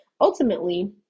ultimately